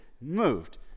moved